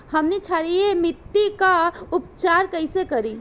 हमनी क्षारीय मिट्टी क उपचार कइसे करी?